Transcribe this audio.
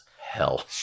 hell